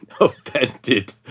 offended